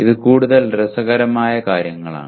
ഇത് കൂടുതൽ രസകരമായ കാര്യങ്ങളാണ്